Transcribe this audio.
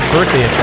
birthday